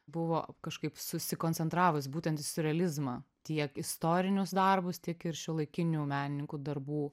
buvo kažkaip susikoncentravus būtent į siurrealizmą tiek istorinius darbus tiek ir šiuolaikinių menininkų darbų